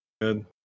good